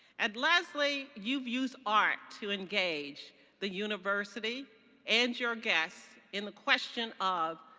at lesley you've used art to engage the university and your guests in the question of,